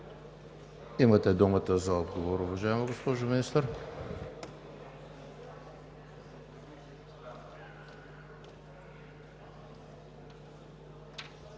Имате думата за отговор, уважаема госпожо Министър.